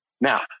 Now